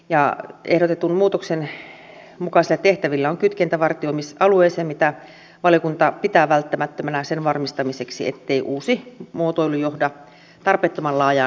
ehdotetun muutoksen mukaisilla tehtävillä on kytkentä vartioimisalueeseen mitä valiokunta pitää välttämättömänä sen varmistamiseksi ettei uusi muotoilu johda tarpeettoman laajaan soveltamiseen